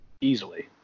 easily